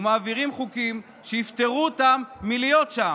ומעבירים חוקים שיפטרו אותם מלהיות שם,